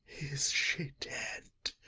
is she dead?